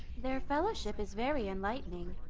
their fellowship is very enlightening.